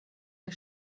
der